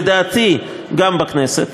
לדעתי גם בכנסת.